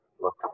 Look